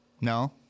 No